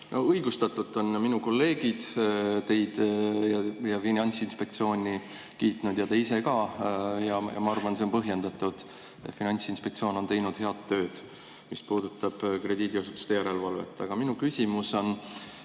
Õigustatult on minu kolleegid teid ja Finantsinspektsiooni kiitnud ja te ise ka. Ma arvan, et see on põhjendatud. Finantsinspektsioon on teinud head tööd, mis puudutab krediidiasutuste järelevalvet. Aga minu küsimus on